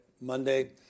Monday